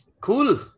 Cool